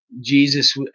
Jesus